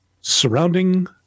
surrounding